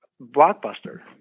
Blockbuster